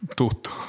tutto